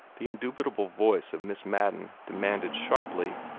the indubitable voice of miss madden demanded sharply.